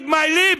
Read my lips?